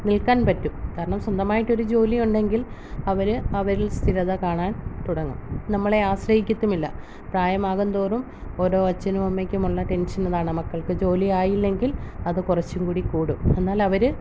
നിൽക്കാൻ പറ്റും കാരണം സ്വന്തമായിട്ട് ഒരു ജോലി ഉണ്ടെങ്കിൽ അവര് അവരിൽ സ്ഥിരത കാണാൻ തുടങ്ങും നമ്മളെ ആശ്രയിക്കത്തുമില്ല പ്രായമാകുന്തോറും ഓരോ അച്ഛനും അമ്മയ്ക്കുമുള്ള ടെൻഷൻ അതാണ് മക്കൾക്ക് ജോലിയായില്ലെങ്കിൽ അത് കുറച്ചുംകൂടി കൂടും എന്നാലവര്